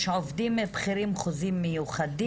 יש עובדים בכירים עם חוזים מיוחדים.